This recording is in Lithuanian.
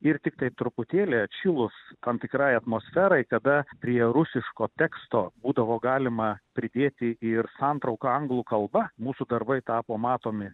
ir tiktai truputėlį atšilus tam tikrai atmosferai kada prie rusiško teksto būdavo galima pridėti ir santrauką anglų kalba mūsų darbai tapo matomi